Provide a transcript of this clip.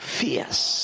fierce